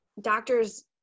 doctors